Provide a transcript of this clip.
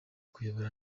kubayobora